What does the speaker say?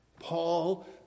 Paul